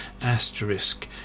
asterisk